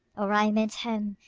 or raiment's hem,